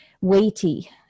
weighty